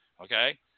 Okay